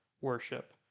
worship